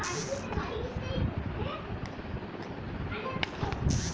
IMPS মানে কি?